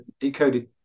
decoded